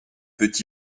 peut